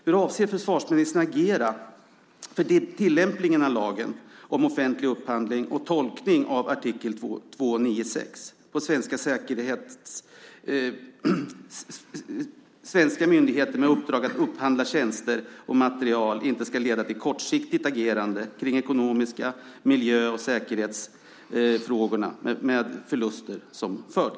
Hur avser försvarsministern att agera vid tillämpningen av lagen om offentlig upphandling och tolkningen av artikel 296, så att svenska myndigheters uppdrag att upphandla tjänster och materiel inte ska leda till kortsiktigt agerande när det gäller ekonomi-, miljö och säkerhetsfrågor, med förluster som följd?